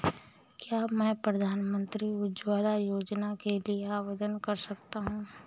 क्या मैं प्रधानमंत्री उज्ज्वला योजना के लिए आवेदन कर सकता हूँ?